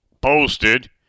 posted